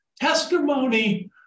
testimony